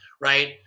Right